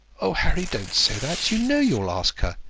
oh, harry! don't say that. you know you'll ask her.